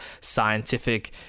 scientific